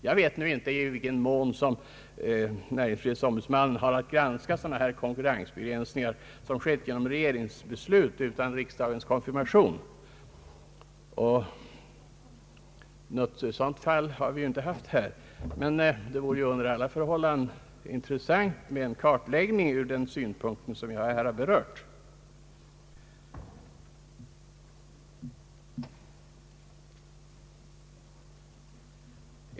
Jag vet inte i vilken mån som näringsfrihetsombudsmannen har att granska konkurrensbegränsningar som skett genom regeringsbeslut utan riksdagens konfirmation. Något sådant fall har vi väl inte haft. Det vore under alla förhållanden intressant med en kartläggning från den synpunkt som jag här har berört.